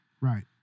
Right